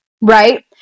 right